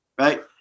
Right